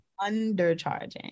undercharging